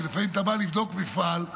כי לפעמים אתה בא לבדוק מפעל,